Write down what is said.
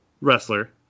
wrestler